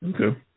Okay